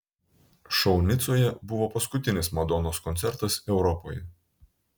šou nicoje buvo paskutinis madonos koncertas europoje